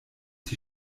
die